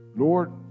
Lord